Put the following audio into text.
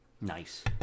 Nice